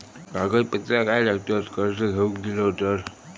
कागदपत्रा काय लागतत कर्ज घेऊक गेलो तर?